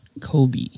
kobe